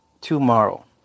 Tomorrow